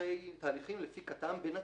תהליכים לפי כט"מ בנתיב,